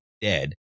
dead